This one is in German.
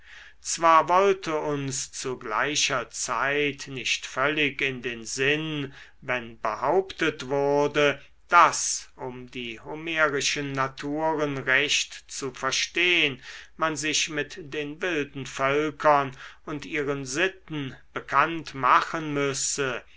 zwar wollte uns zu gleicher zeit nicht völlig in den sinn wenn behauptet wurde daß um die homerischen naturen recht zu verstehn man sich mit den wilden völkern und ihren sitten bekannt machen müsse